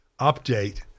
update